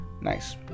Nice